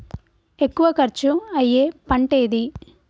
ఎక్కువ ఖర్చు అయ్యే పంటేది?